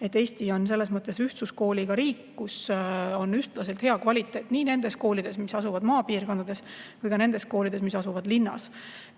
Eesti on selles mõttes ühtsuskooliga riik, kus on ühtlaselt hea kvaliteet nii nendes koolides, mis asuvad maapiirkondades, kui ka nendes koolides, mis asuvad linnas.